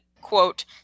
quote